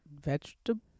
vegetable